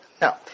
Now